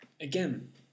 Again